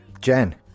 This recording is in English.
Jen